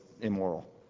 immoral